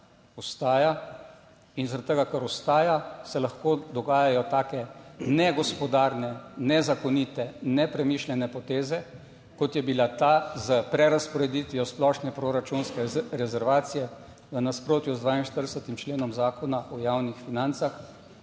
ostaja. In zaradi tega, ker ostaja se lahko dogajajo take negospodarne, nezakonite, nepremišljene poteze, kot je bila ta s prerazporeditvijo splošne proračunske rezervacije v nasprotju z 42. členom Zakona o javnih financah